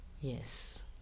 Yes